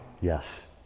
Yes